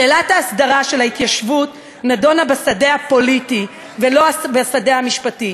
שאלת ההסדרה של ההתיישבות נדונה בשדה הפוליטי ולא בשדה המשפטי,